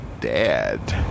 Dad